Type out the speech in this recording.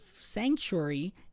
sanctuary